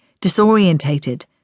disorientated